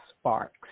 sparks